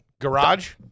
Garage